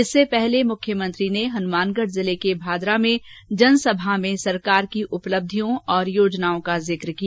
इससे पहले मुख्यमंत्री ने हनुमानगढ जिले के भादरा में जनसभा में सरकार की उपलब्धियों और योजनाओं का जिक किया